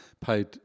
paid